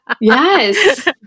Yes